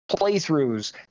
playthroughs